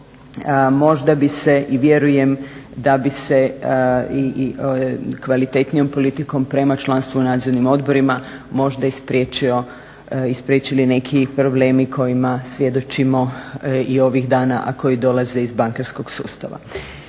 Možda bi se i vjerujem da bi se kvalitetnijom politikom prema članstvu u nadzornim odborima možda ispriječili neki problemi kojima svjedočimo i ovih dana, a koji dolaze iz bankarskog sustava.